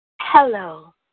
Hello